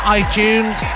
iTunes